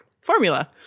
formula